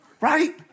Right